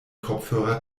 kopfhörer